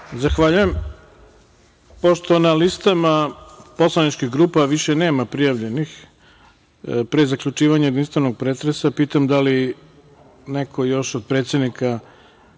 Zahvaljujem. Pošto na listama poslaničkih grupa više nema prijavljenih, pre zaključivanja jedinstvenog pretresa pitam da li neko još od predsednika,